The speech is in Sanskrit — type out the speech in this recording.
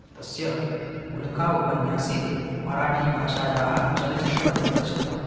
तस्य उल्का उपन्यासे मराठीभाषायाः चलच्चित्रं प्रदर्शितम्